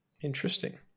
Interesting